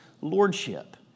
lordship